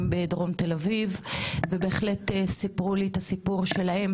בדרום תל אביב ובהחלט סיפרו לי את הסיפור שלהם,